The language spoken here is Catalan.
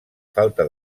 falta